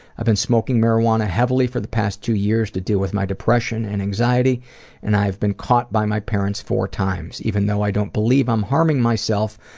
i've been smoking marijuana heavily for the past two years to deal with my depression and anxiety and i've been caught by my parents four times. even though i don't believe i'm harming myself,